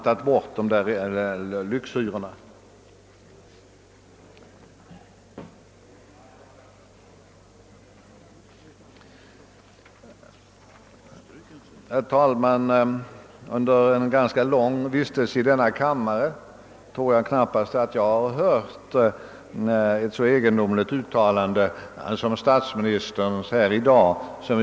Jag tror mig knappast under min ganska långa tid i denna kammare någonsin ha hört ett så egendomligt uttalande som det statsministern sålunda gjorde här i dag.